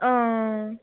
हां